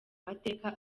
mateka